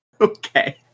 Okay